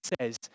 says